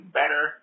better